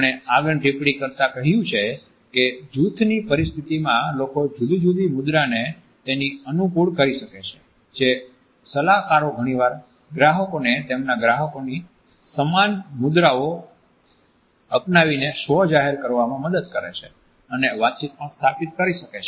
તેમણે આગળ ટિપ્પણી કરતા કહ્યું છે કે જૂથ ની પરિસ્થિતિમાં લોકો જુદી જુદી મુદ્રાને તેની અનુકૂળ કરી શકે છે જે સલાહકારો ઘણીવાર ગ્રાહકોને તેમના ગ્રાહકોની સમાન મુદ્રાઓ અપનાવીને સ્વ જાહેર કરવામાં મદદ કરે છે અને વાતચીત સ્થાપિત કરી શકે છે